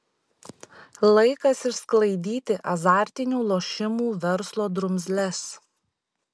laikas išsklaidyti azartinių lošimų verslo drumzles